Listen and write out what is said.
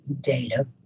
data